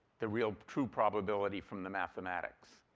the real true probability from the mathematics.